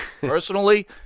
Personally